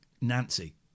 Nancy